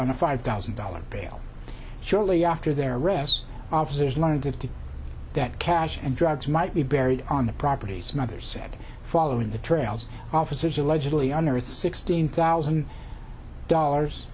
on a five thousand dollars bail shortly after their arrest officers learned that cash and drugs might be buried on the property smother said following the trails officers allegedly on earth sixteen thousand dollars